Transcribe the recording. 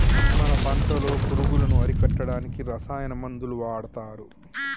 మన పంటలో పురుగులను అరికట్టడానికి రసాయన మందులు వాడతారు